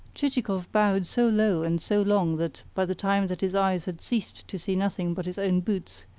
chichikov bowed so low and so long that, by the time that his eyes had ceased to see nothing but his own boots,